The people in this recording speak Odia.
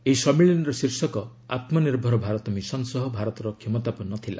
ସେହି ସମ୍ମିଳନୀର ଶୀର୍ଷକ ଆତ୍ମନିର୍ଭର ଭାରତ ମିଶନ ସହ ଭାରତର କ୍ଷମତାପନ୍ନ ଥିଲା